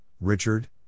Richard